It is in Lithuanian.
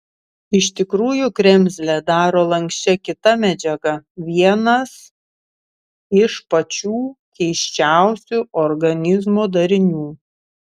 iš tikrųjų kremzlę daro lanksčią kita medžiaga vienas iš pačių keisčiausių organizmo darinių